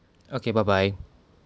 okay bye bye